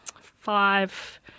five